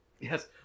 Yes